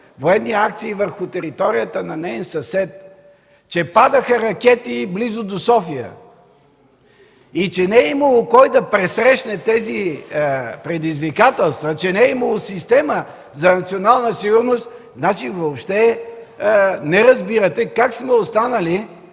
военни акции върху територията на неин съсед – падаха ракети близо до София, и че не е имало кой да пресрещне тези предизвикателства, че не е имало система за национална сигурност, значи въобще не разбирате как сме останали